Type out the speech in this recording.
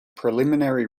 preliminary